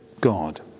God